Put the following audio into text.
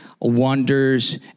wonders